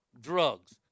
drugs